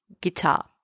guitar